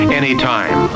anytime